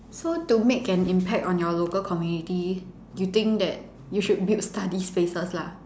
so to make an impact on your local community you think that you should build study spaces lah